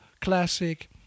Classic